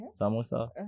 Samosa